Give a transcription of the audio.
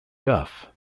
duff